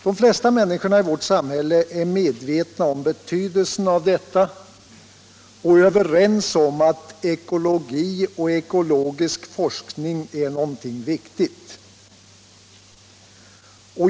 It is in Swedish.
De flesta människor i vårt samhälle är medvetna om betydelsen av detta och överens om att ekologi och ekologisk forskning är något viktigt.